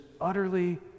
utterly